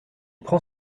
prend